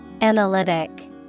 Analytic